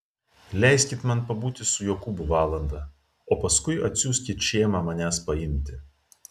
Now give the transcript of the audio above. leiskit man pabūti su jokūbu valandą o paskui atsiųskit šėmą manęs paimti